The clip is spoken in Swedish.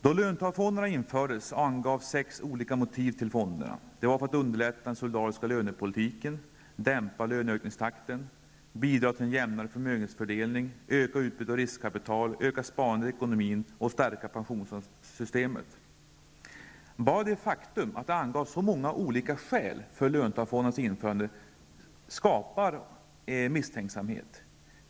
Då löntagarfonderna infördes angavs sex olika motiv till dem. De skulle vara till för att underlätta den solidariska lönepolitiken, dämpa löneökningstakten, bidra till en jämnare förmögenhetsfördelning, öka utbudet av riskkapital, öka sparandet i ekonomin och stärka pensionssystemet. Bara det faktum att det angavs så många olika skäl för löntagarfondernas införande skapade misstänksamhet.